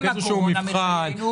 איזה שהוא מבחן,